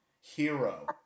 Hero